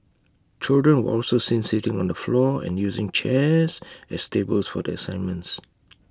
children were also seen sitting on the floor and using chairs as tables for their assignments